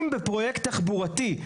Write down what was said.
אם בפרויקט תחבורתי,